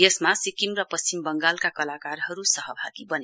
यसमा सिक्किम र पश्चिम बंगालका कलाकारहरू सहभागी बने